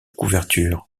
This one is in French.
couvertures